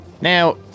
Now